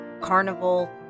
carnival